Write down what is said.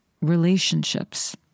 relationships